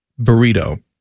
burrito